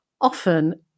Often